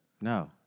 No